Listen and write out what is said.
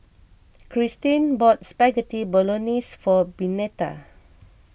Kristyn bought Spaghetti Bolognese for Benita